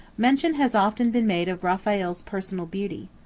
mention has often been made of raphael's personal beauty.